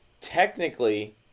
Technically